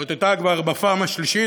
זאת הייתה כבר הפעם השלישית,